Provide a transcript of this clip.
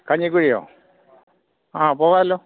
കഞ്ഞിക്കുഴിയോ ആ പോകാമല്ലോ